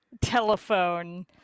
telephone